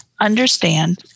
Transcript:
understand